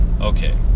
Okay